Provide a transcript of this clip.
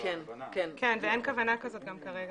ואין כוונה כזאת כרגע.